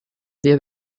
wir